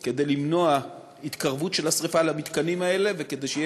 אמצעים כדי למנוע התקרבות של השרפה למתקנים האלה וכדי שתהיה